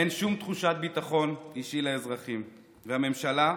אין שום תחושת ביטחון אישי לאזרחים, והממשלה,